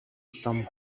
лам